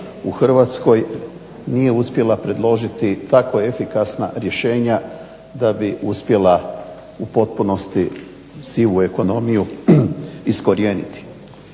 u Hrvatskoj nije uspjela predložiti tako efikasna rješenja da bi uspjela u potpunosti sivu ekonomiju iskorijeniti.